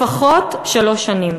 לפחות שלוש שנים.